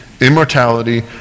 immortality